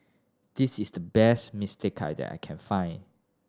this is the best mistake that I can find